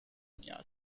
میاد